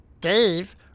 Dave